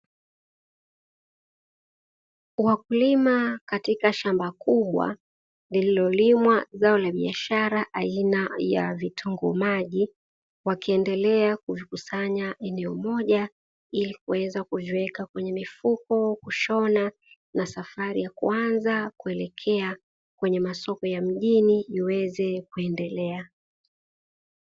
Wakulima katika shamba kubwa lililolimwa zao la biashara aina ya vitunguu maji wakiendelea kuvikusanya eneo moja, ili kuweza kuviweka kwenye mifuko, kushona na safari ya kuanza kuelekea kwenye masoko ya mjini iweze kuendelea.